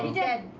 dead,